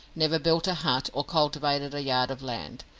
never built a hut or cultivated a yard of land.